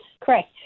correct